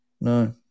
No